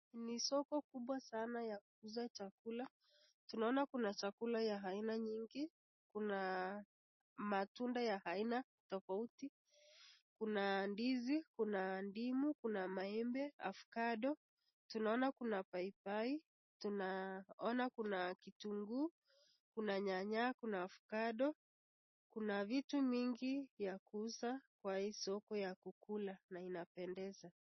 Ni soko kubwa sana ya kuuza chakula. Tunaona kuna chakula ya aina nyingi. Kuna matunda ya aina tofauti. Kuna ndizi, kuna ndimu, kuna maembe, avokado , tunaona kuna paipai, tunaona kuna kitunguu, kuna nyanya, kuna avokado , kuna vitu mingi ya kuuza kwa hii soko ya kukula na inapendeza.